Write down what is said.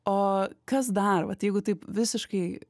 o kas dar vat jeigu taip visiškai